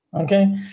Okay